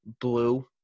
blue